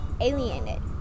alienated